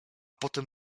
potem